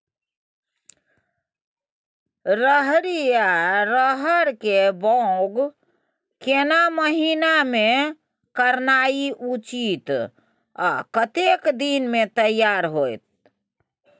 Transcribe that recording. रहरि या रहर के बौग केना महीना में करनाई उचित आ कतेक दिन में तैयार होतय?